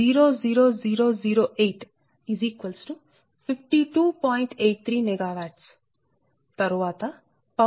83 MW తరువాత power loss వ్యక్తీకరణ ఇచ్చారు